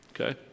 Okay